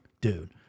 dude